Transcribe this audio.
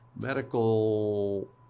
medical